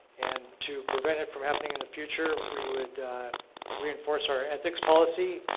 and to prevent it from happening in the future, we would reinforce our ethics policy.